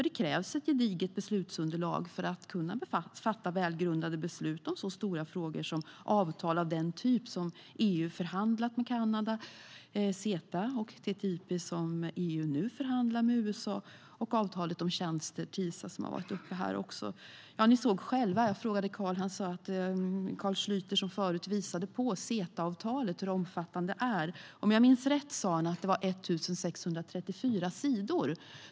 Det krävs ett gediget beslutsunderlag för att kunna fatta välgrundade beslut om så stora frågor som avtal av den typ som EU förhandlat med Kanada, CETA, och TTIP som EU nu förhandlar med USA samt avtalet om tjänster, TISA, som har tagits upp här. Carl Schlyter visade tidigare på hur omfattande CETA är. Om jag minns rätt sa han att det var 1 634 sidor.